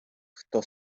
хто